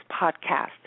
podcast